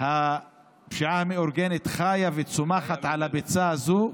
שהפשיעה המאורגנת חיה וצומחת על הביצה הזו,